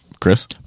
Chris